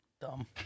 Dumb